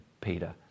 Peter